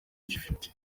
gifite